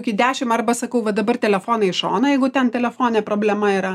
iki dešim arba sakau va dabar telefoną į šoną jeigu ten telefone problema yra